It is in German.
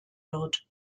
wird